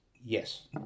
Yes